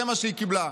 זה מה שהיא קיבלה.